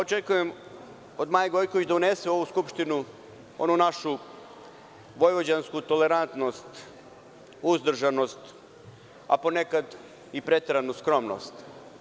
Očekujem od Maje Gojković da unese u ovu skupštinu onu našu vojvođansku tolerantnost, uzdržanost, a ponekad i preteranu skromnost.